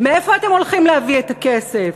מאיפה אתם הולכים להביא את הכסף?